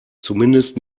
zumindest